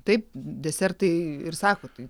taip desertai ir sako tai